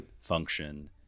function